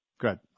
Good